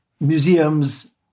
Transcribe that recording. museums